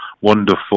wonderful